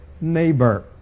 neighbor